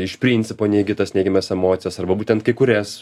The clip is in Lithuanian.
iš principo neigi tas neigiamas emocijas arba būtent kai kurias